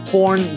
Porn